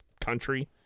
country